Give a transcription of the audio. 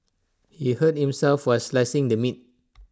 he hurt himself while slicing the meat